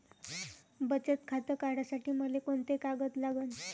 बचत खातं काढासाठी मले कोंते कागद लागन?